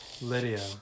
Lydia